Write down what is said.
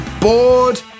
bored